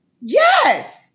Yes